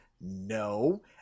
no